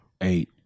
eight